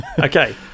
okay